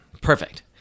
perfect